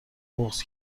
بغض